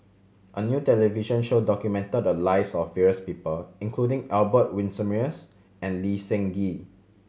a new television show documented the lives of various people including Albert Winsemius and Lee Seng Gee